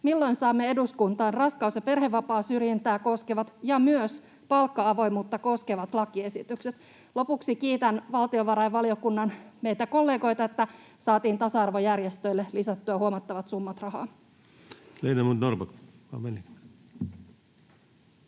milloin saamme eduskuntaan raskaus- ja perhevapaasyrjintää koskevat ja myös palkka-avoimuutta koskevat lakiesitykset? Lopuksi kiitän valtiovarainvaliokunnan kollegoita, että saatiin tasa-arvojärjestöille lisättyä huomattavat summat rahaa.